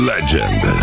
Legend